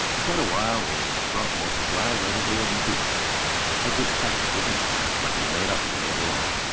for quite a while, we brought more supplies right over the open beach like we'd practiced it and like we'd made up as we went along.